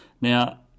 Now